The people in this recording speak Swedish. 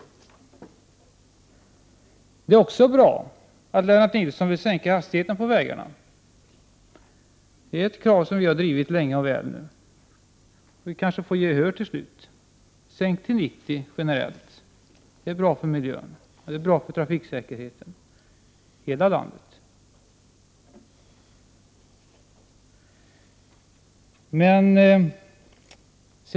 Det är också bra att Lennart Nilsson vill sänka hastigheten på vägarna. Det är ett krav som vi har drivit länge och väl, och vi kanske får gehör till slut. Sänk hastigheten till 90 km/tim generellt! Det är bra för miljön. Och det är bra för trafiksäkerheten i hela landet.